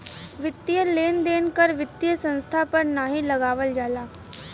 वित्तीय लेन देन कर वित्तीय संस्थान पर नाहीं लगावल जाला